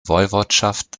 woiwodschaft